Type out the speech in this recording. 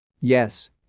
Yes